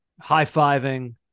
high-fiving